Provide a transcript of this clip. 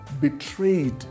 betrayed